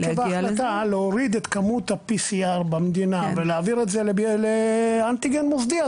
עקב ההחלטה להוריד את כמות ה-PCR במדינה ולהעביר את זה לאנטיגן מוסדי,